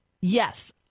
Yes